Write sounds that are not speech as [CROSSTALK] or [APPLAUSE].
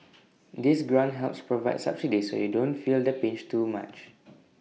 [NOISE] this grant helps provide subsidies so you don't feel the pinch too much [NOISE]